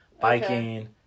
biking